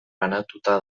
banatuta